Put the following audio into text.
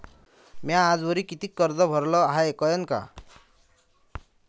म्या आजवरी कितीक कर्ज भरलं हाय कळन का?